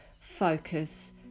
focus